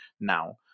now